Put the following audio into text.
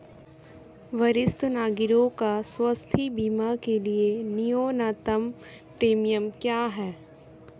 वरिष्ठ नागरिकों के स्वास्थ्य बीमा के लिए न्यूनतम प्रीमियम क्या है?